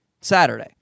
Saturday